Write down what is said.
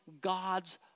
God's